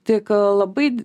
tik labai